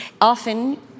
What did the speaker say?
often